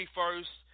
first